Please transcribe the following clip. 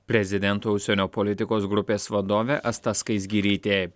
prezidento užsienio politikos grupės vadovė asta skaisgirytė